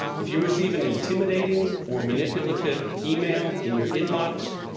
if you receive an intimidating or manipulative email in your inbox,